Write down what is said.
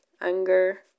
Anger